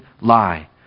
lie